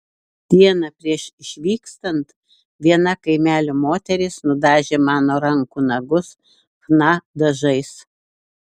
dieną prieš išvykstant viena kaimelio moteris nudažė mano rankų nagus chna dažais